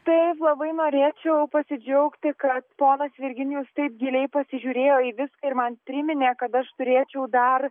taip labai norėčiau pasidžiaugti kad ponas virginijus taip giliai pasižiūrėjo į viską ir man priminė kad aš turėčiau dar